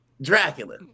Dracula